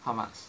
how much